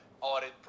audit